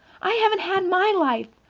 i haven't had my life.